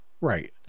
Right